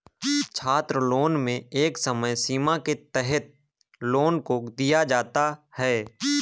छात्रलोन में एक समय सीमा के तहत लोन को दिया जाता है